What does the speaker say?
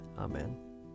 Amen